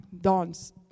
dance